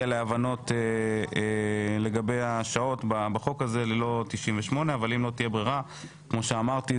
להבנות לגבי השעות בחוק ללא 98. אם לא תהיה ברירה - כמו שאמרתי,